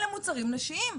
אלה מוצרים נשיים.